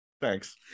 Thanks